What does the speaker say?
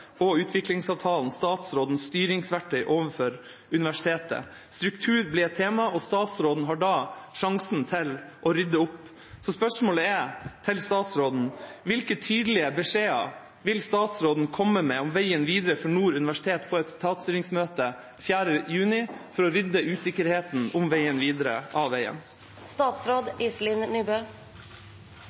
og utviklingsavtalen – statsrådens styringsverktøy overfor universitetet. Struktur blir et tema, og statsråden har da sjansen til å rydde opp. Spørsmålet til statsråden er da: Hvilke tydelige beskjeder vil statsråden komme med om veien videre for Nord universitet på etatsstyringsmøtet 4. juni for å rydde av veien usikkerheten om veien videre?